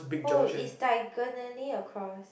oh is diagonally across